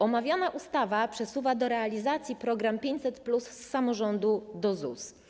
Omawiana ustawa przesuwa do realizacji program 500+ z samorządu do ZUS.